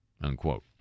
unquote